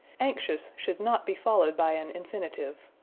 anxious should not be followed by an infinitive.